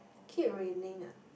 keep raining ah